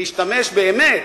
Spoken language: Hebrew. להשתמש באמת,